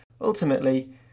Ultimately